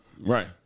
right